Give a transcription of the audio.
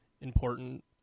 important